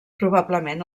probablement